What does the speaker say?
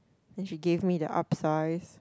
then she gave me the upsize